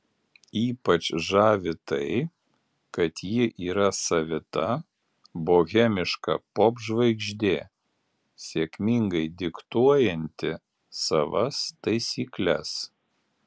ypač žavi tai kad ji yra savita bohemiška popžvaigždė sėkmingai diktuojanti savas taisykles